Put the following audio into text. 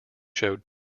showed